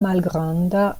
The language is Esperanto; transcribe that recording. malgranda